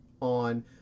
on